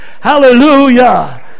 Hallelujah